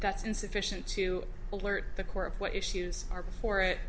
that's insufficient to alert the core of what issues are before it